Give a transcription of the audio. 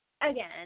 again